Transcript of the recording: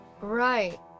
Right